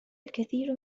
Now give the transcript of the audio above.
الكثير